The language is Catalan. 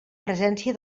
presència